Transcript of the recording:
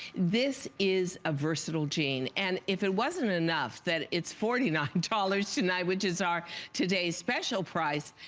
this is a versatile gene. and if it wasn't enough, that is forty nine dollars tonight which is our today special price.